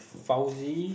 Fauzi